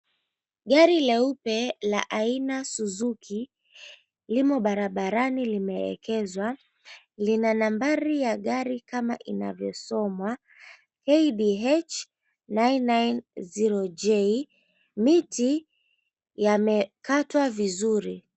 Gari leupe la aina Suzuki limo barabarani limeegezwa lina nambari ya gari kama linavyosoma KDH990J miti yamekatwa vizuri.